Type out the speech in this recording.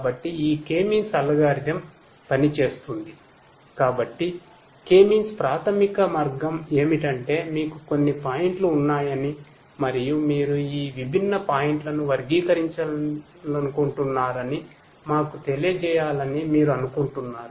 కాబట్టి K means ప్రాథమిక మార్గం ఏమిటంటే మీకు కొన్ని పాయింట్లు ఉన్నాయని మరియు మీరు ఈ విభిన్న పాయింట్లను వర్గీకరించాలనుకుంటున్నారని మాకు తెలియజేయాలని మీరు కోరుకుంటారు